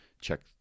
check